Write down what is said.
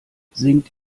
singt